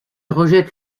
rejette